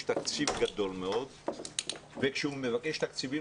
יש תקציב גדול מאוד וכשהוא מקבל תקציבים